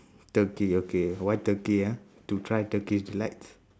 turkey okay why turkey ah to try turkey delights